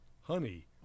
honey